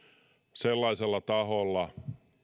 sellaisella taholla